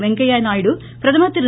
வெங்கைய நாயுடு பிரதமர் திரு